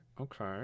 Okay